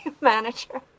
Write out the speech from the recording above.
manager